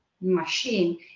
machine